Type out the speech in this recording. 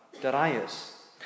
Darius